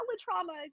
trauma